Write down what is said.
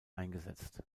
eingesetzt